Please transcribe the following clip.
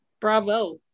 bravo